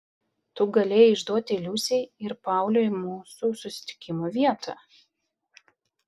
tu galėjai išduoti liusei ir pauliui mūsų susitikimo vietą